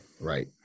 Right